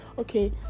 okay